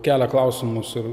kelia klausimus ar